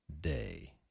Day